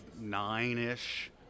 nine-ish